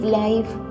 life